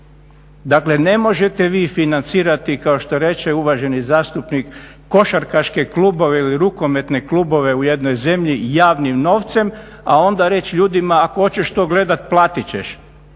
Dakle, ne možete vi financirati kao što reče uvaženi zastupnik košarkaške klubove ili rukometne klubove u jednoj zemlji javnim novcem, a onda reći ljudima ako hoćeš to gledati platit ćeš.